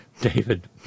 David